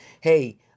Hey